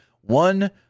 One